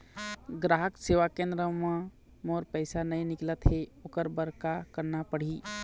ग्राहक सेवा केंद्र म मोर पैसा नई निकलत हे, ओकर बर का करना पढ़हि?